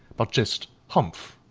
but just humph!